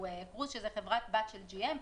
חברת בת של GM,